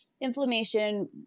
inflammation